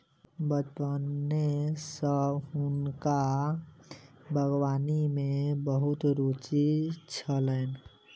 बचपने सॅ हुनका बागवानी में बहुत रूचि छलैन